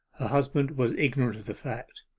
husband was ignorant of the fact.